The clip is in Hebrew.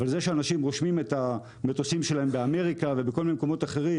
אנשים רושמים את המטוסים שלהם באמריקה ובכל מיני מקומות אחרים,